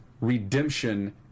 redemption